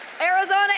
Arizona